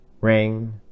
ring